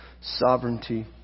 sovereignty